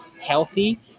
healthy